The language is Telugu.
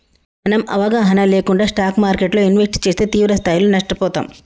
మనం అవగాహన లేకుండా స్టాక్ మార్కెట్టులో ఇన్వెస్ట్ చేస్తే తీవ్రస్థాయిలో నష్టపోతాం